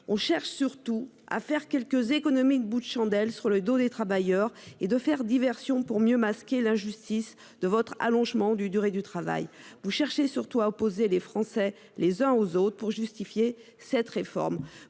On cherche surtout à faire quelques économies de bouts de chandelle sur le dos des travailleurs et à faire diversion pour mieux masquer l'injustice que constitue l'allongement de la durée du travail. Vous cherchez surtout à opposer les Français les uns aux autres pour justifier cette réforme.